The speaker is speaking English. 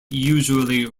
usually